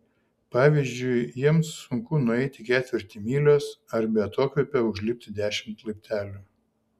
pavyzdžiui jiems sunku nueiti ketvirtį mylios ar be atokvėpio užlipti dešimt laiptelių